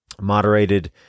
Moderated